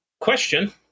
question